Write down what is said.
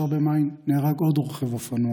16 במאי, נהרג עוד רוכב אופנוע,